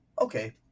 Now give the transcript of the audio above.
Okay